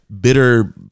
Bitter